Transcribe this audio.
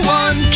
one